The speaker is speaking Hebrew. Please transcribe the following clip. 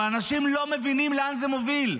אבל אנשים לא מבינים לאן זה מוביל,